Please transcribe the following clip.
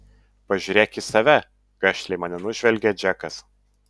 pažiūrėk į save gašliai mane nužvelgia džekas